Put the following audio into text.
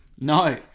No